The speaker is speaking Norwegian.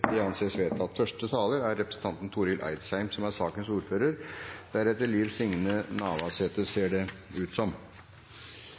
Det anses vedtatt. Første taler er Åse Michaelsen, som